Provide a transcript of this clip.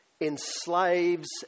enslaves